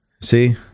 See